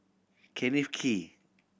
Kenneth Kee